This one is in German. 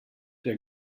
der